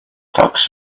tux